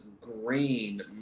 Green